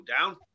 down